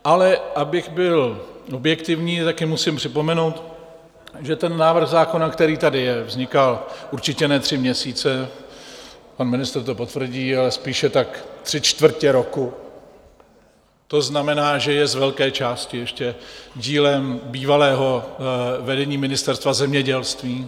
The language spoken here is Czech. Ale abych byl objektivní, také musím připomenout, že návrh zákona, který tady je, vznikal určitě ne tři měsíce, pan ministr to potvrdí, ale spíše tak tři čtvrtě roku, to znamená, že je z velké části ještě dílem bývalého vedení Ministerstva zemědělství.